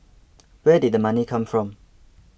where did the money come from